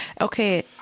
Okay